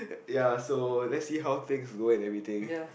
ya so let's see how things go and everything